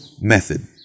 method